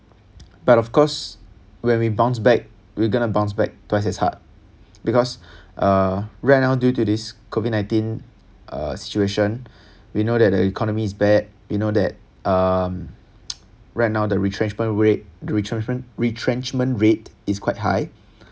but of course when we bounce back we gonna bounce back twice as hard because uh right now due to this COVID nineteen uh situation we know that the economy is bad we know that um right now the retrenchment rate retrenchme~ retrenchment rate is quite high